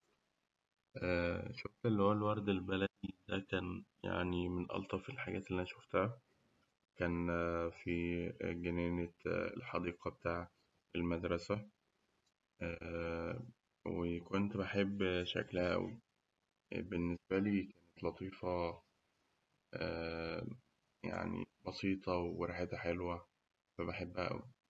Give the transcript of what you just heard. شوفت اللي هو الورد البلدي ده كان من ألطف الحاجات اللي أنا شوفتها، كان في جنينة الحديقة بتاع المدرسة، وكنت بحب شكلها أوي، بالنسبة لي كانت لطيفة، وبسيطة، وريحتها حلوة، فبحبها أوي.